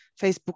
Facebook